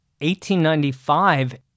1895